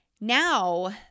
now